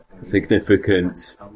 significant